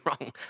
wrong